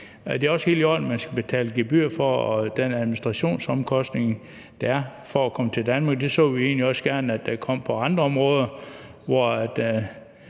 Det er også helt i orden, at man skal betale gebyr for den administrationsomkostning, der er for at komme til Danmark. Vi så egentlig også gerne, at det kom på andre områder, hvor